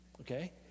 okay